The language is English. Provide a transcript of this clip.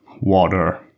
water